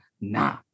nah